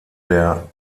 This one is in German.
der